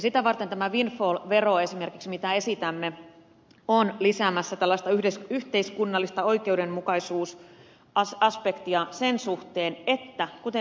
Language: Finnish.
sitä varten tämä windfall vero esimerkiksi mitä esitämme on lisäämässä tällaista yhteiskunnallista oikeudenmukaisuusaspektia sen suhteen että kuten ed